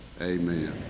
Amen